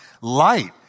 light